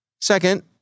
Second